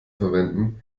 verwenden